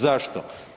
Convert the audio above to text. Zašto?